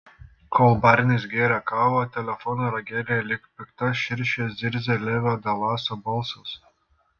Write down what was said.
kol barnis gėrė kavą telefono ragelyje lyg pikta širšė zirzė levio dalaso balsas